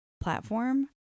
platform